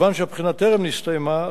כיוון שהבחינה טרם נסתיימה,